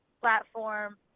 platform